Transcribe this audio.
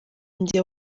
njye